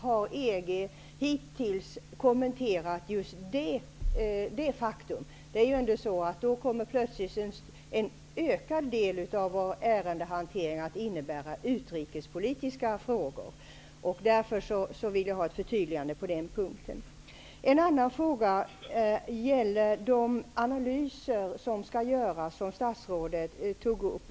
Har EG hittills kommenterat just detta faktum? Plötsligt kommer en ökad del av vår ärendehantering att innebära utrikespolitiska frågor, och därför vill jag ha ett förtydligande på den punkten. En annan fråga gäller de analyser som skall göras, som statsrådet tog upp.